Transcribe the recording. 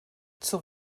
zur